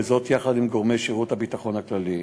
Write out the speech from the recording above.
וזאת יחד עם גורמי שירות הביטחון הכללי.